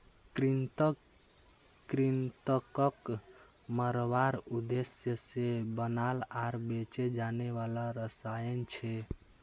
कृंतक कृन्तकक मारवार उद्देश्य से बनाल आर बेचे जाने वाला रसायन छे